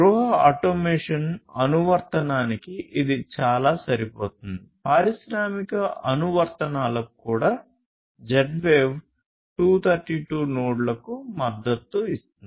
గృహ ఆటోమేషన్ అనువర్తనానికి ఇది చాలా సరిపోతుంది పారిశ్రామిక అనువర్తనాలకు కూడా Z వేవ్ 232 నోడ్లకు మద్దతు ఇస్తుంది